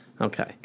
Okay